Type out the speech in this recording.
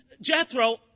Jethro